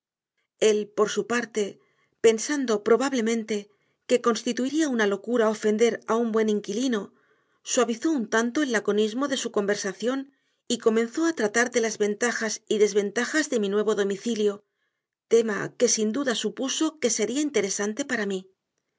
él por su parte pensando probablemente que constituiría una locura ofender a un buen inquilino suavizó un tanto el laconismo de su conversación y comenzó a tratar de las ventajas y desventajas de mi nuevo domicilio tema que sin duda supuso que sería interesante para mí